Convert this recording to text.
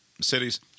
cities